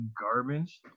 garbage